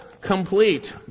complete